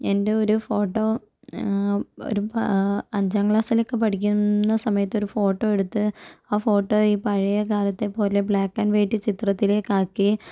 എന്റെ ഒരു ഫോട്ടോ ഒരു അഞ്ചാം ക്ലാസ്സിലൊക്കെ പഠിക്കുന്ന സമയത്ത് ഒരു ഫോട്ടോ എടുത്ത് ആ ഫോട്ടോ ഈ പഴയക്കാലത്തെപോലെ ബ്ലാക്ക് ആൻഡ് വൈറ്റ് ചിത്രത്തിലേക്ക് ആക്കി